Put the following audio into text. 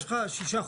יש לך שישה חודשים.